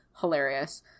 hilarious